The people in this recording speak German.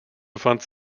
befand